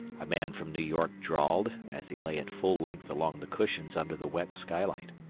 a man from new york drawled, as he lay at full length along the cushions under the wet skylight.